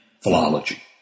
philology